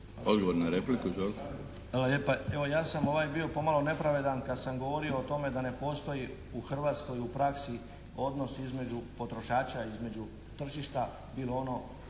Hvala lijepa. Evo ja sam bio pomalo nepravedan kad sam govorio o tome da ne postoji u Hrvatskoj u praksi odnos između potrošača između tržišta bilo ono